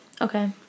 Okay